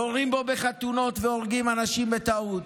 יורים בו בחתונות והורגים אנשים בטעות,